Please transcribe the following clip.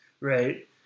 Right